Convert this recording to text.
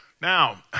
Now